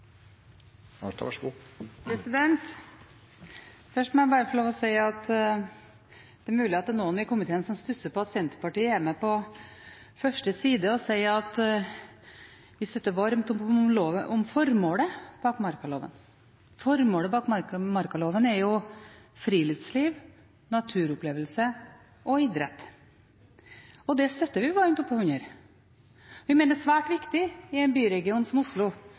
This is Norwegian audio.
er noen i komiteen som stusser over at Senterpartiet er med på første side og sier at vi støtter varmt opp om formålet bak markaloven. Formålet bak markaloven er jo friluftsliv, naturopplevelse og idrett, og det støtter vi varmt opp om. Vi mener det er svært viktig i en byregion som Oslo